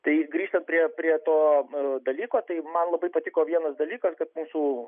tai grįžtant prie prie to dalyko tai man labai patiko vienas dalykas kad mūsų